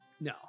No